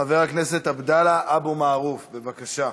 חבר הכנסת עבדאללה אבו מערוף, בבקשה.